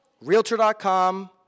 Realtor.com